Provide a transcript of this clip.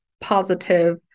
positive